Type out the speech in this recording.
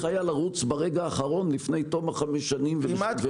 לרוץ ברגע האחרון לפני תום חמש שנים כדי להאריך את הדבר הזה.